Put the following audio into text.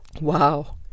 Wow